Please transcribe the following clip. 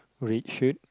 red shirt